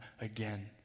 again